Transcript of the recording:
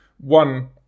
one